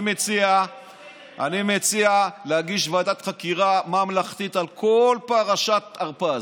אני מציע להגיש ועדת חקירה ממלכתית על כל פרשת הרפז,